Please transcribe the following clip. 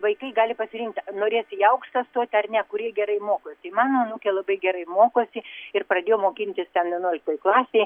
vaikai gali pasirinkti norės į aukštą stot ar ne kurie gerai mokosi mano anūkė labai gerai mokosi ir pradėjo mokintis ten vienuoliktoj klasėj